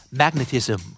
magnetism